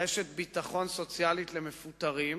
רשת ביטחון סוציאלית למפוטרים,